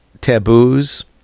taboos